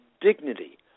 dignity